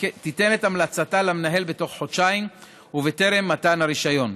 הוועדה תיתן את המלצתה למנהל בתוך חודשיים ובטרם מתן הרישיון.